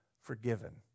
forgiven